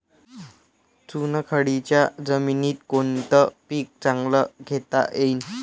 चुनखडीच्या जमीनीत कोनतं पीक चांगलं घेता येईन?